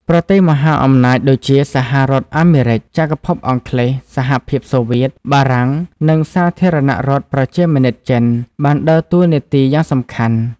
ប្រទេសមហាអំណាចដូចជា សហរដ្ឋអាមេរិក ចក្រភពអង់គ្លេស សហភាពសូវៀត បារាំង និង សាធារណរដ្ឋប្រជាមានិតចិន បានដើរតួនាទីយ៉ាងសំខាន់។